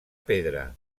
pedra